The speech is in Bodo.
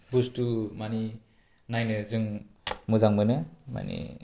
बुस्थु माने नायनो जों मोजां मोनो माने